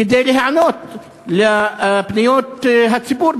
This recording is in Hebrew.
כדי להיענות לפניות הציבור,